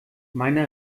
meine